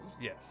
Yes